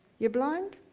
you're blind?